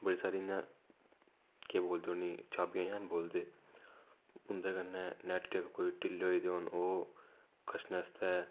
बड़ी सारी इ'यां केह् बोलदे उनेंगी चाबियां जन बोलदे उन्दे कन्नै नैट कोई ढिल्ले होऐ गेदे होन ओह् कस्सने आस्तै